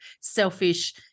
selfish